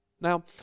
Now